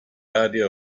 idea